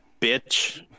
bitch